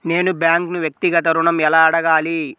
నేను బ్యాంక్ను వ్యక్తిగత ఋణం ఎలా అడగాలి?